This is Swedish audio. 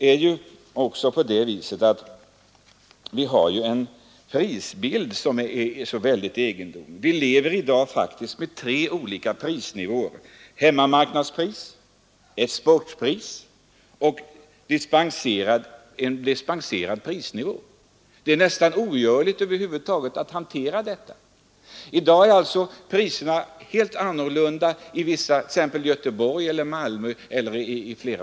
Vi har också fått en mycket egendomlig prisbild. I dag lever vi faktiskt med tre olika prisnivåer: ett hemmamarknadspris, ett exportpris och ett dispenspris. För dagen gäller helt andra priser i Göteborg än i Malmö eller andra städer.